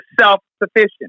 self-sufficient